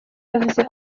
yavuze